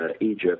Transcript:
Egypt